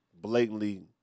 blatantly